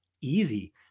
Easy